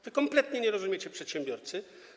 Wy kompletnie nie rozumiecie przedsiębiorcy.